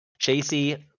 Chasey